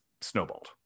snowballed